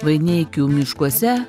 vaineikių miškuose